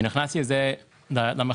נכנסתי מאוד עמוק